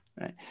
right